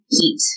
heat